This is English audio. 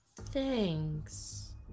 Thanks